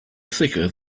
thicker